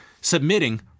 submitting